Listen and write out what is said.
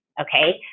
Okay